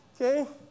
Okay